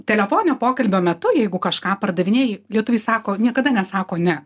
telefoninio pokalbio metu jeigu kažką pardavinėji lietuviai sako niekada nesako ne